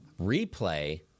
replay